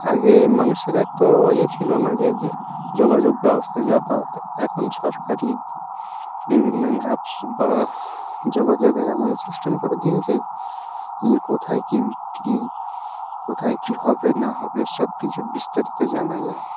আগে মানুষের এক তো ইয়ে ছিল না যে যোগাযোগ ব্যবস্থা যাতায়াত এখন সরকারি বিভিন্ন অ্যাপস বা যোগাযোগে এমন সিস্টেম করে দিয়েছে যে কোথায় কী বিক্রি কোথায় কী হবে না হবে সব কিছু বিস্তারিত জানা যায়